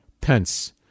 Pence